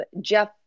jeff